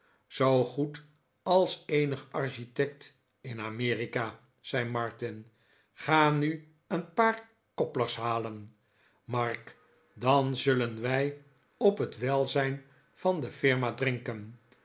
zoo goed als eenig architect in amerika zei martin ga nu een paar cobblers haleh mark dan zullen wij op het welzijn van de firma drinken